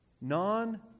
non